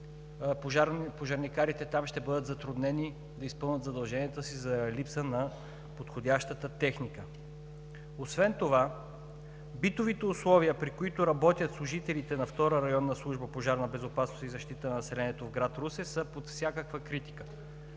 Пожарникарите там ще бъдат затруднени да изпълнят задълженията си заради липса на подходящата техника. Освен това битовите условия, при които работят служителите на Втора районна служба „Пожарна безопасност и защита на населението“ в град Русе, са под всякаква критика.